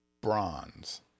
bronze